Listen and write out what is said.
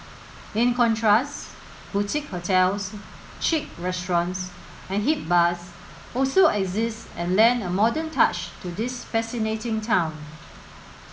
in contrast boutique hotels chic restaurants and hip bars also exist and lend a modern touch to this fascinating town